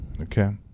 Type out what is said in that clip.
Okay